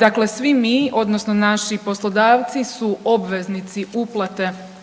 Dakle, svi mi odnosno naši poslodavci su obveznici uplate